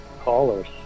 callers